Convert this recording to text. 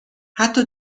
حتی